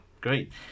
Great